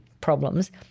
problems